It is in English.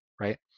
right